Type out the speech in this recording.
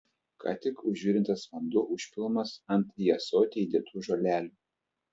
ką tik užvirintas vanduo užpilamas ant į ąsotį įdėtų žolelių